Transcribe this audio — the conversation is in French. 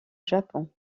japon